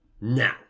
now